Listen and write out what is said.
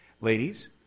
ladies